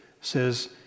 says